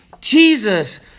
Jesus